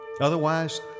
Otherwise